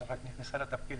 שרק נכנס לתפקיד.